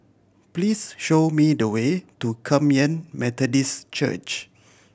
please show me the way to Kum Yan Methodist Church